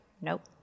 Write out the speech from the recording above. Nope